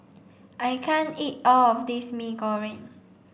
I can't eat all of this Mee Goreng